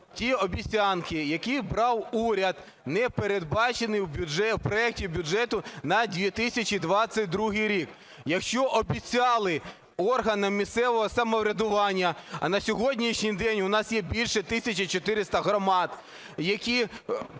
ті обіцянки, які брав уряд, не передбачені в проекті бюджету на 2022 рік? Якщо обіцяли органам місцевого самоврядування, а на сьогоднішній день у нас є більше 1 тисячі 400 громад, які